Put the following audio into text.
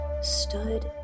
stood